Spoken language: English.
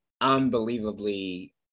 unbelievably